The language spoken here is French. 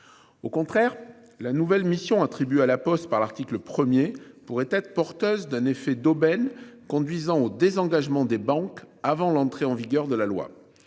Au contraire. La nouvelle mission attribuée à la Poste par l'article 1er pourraient être porteuses d'un effet d'aubaine conduisant au désengagement des banques avant l'entrée en vigueur de la loi.